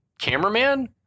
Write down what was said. cameraman